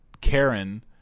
Karen